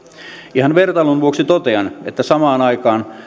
ihan vertailun vuoksi totean että samaan aikaan